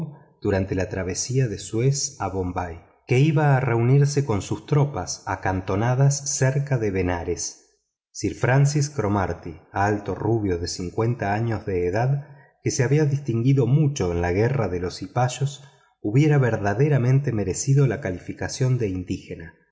durante la travesía de suez a bombay que iba a reunirse con sus tropas acantonadas cerca de benarés sir francis cromarty alto rubio de cincuenta años de edad que se había distinguido mucho en la guerra de los cipayos hubiera verdaderamente merecido la calificación de indígena